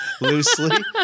loosely